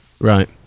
right